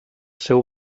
seu